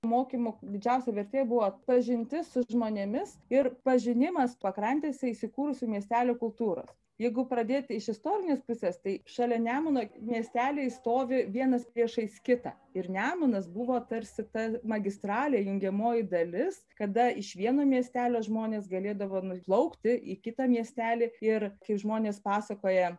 mokymų didžiausia vertė buvo pažintis su žmonėmis ir pažinimas pakrantėse įsikūrusių miestelių kultūros jeigu pradėti iš istorinės pusės tai šalia nemuno miesteliai stovi vienas priešais kitą ir nemunas buvo tarsi ta magistralė jungiamoji dalis kada iš vieno miestelio žmonės galėdavo nuplaukti į kitą miestelį ir kaip žmonės pasakoja